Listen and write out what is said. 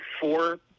four